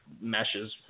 meshes